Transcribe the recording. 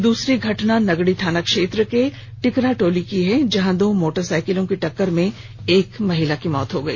वहीं दूसरी घटना नगड़ी थाना क्षेत्र के टिकरा टोली की है जहां दो मोटरसाइकिलों की टक्कर में एक महिला की मौत हो गई